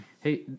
Hey